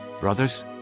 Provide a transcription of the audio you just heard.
Brothers